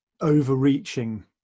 overreaching